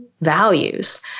values